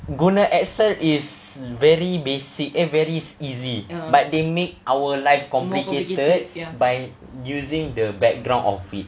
guna excel accent is very basic eh very easy but they make our lives complicated by using the background of it